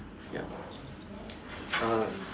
yup uh